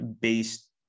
based